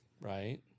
Right